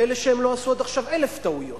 פלא שהם לא עשו עד עכשיו אלף טעויות.